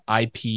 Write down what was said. IP